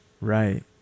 right